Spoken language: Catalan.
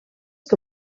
que